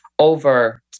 Over